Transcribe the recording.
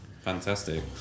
Fantastic